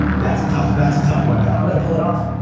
that's a tough, that's a tough one, though. i'm gonna pull it off.